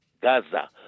Gaza